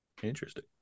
Interesting